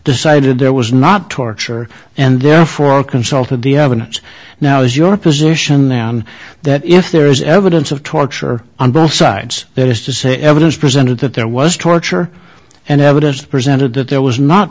decided there was not torture and therefore consulted the evidence now is your position and that if there is evidence of torture on both sides that is to say evidence presented that there was torture and evidence presented that there was not